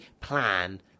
plan